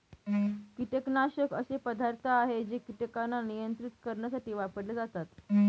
कीटकनाशक असे पदार्थ आहे जे कीटकांना नियंत्रित करण्यासाठी वापरले जातात